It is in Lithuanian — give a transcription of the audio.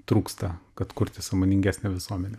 trūksta kad kurti sąmoningesnę visuomenę